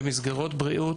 במסגרות בריאות,